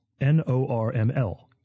NORML